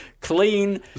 Clean